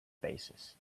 bassist